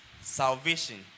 salvation